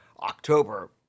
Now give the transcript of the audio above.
October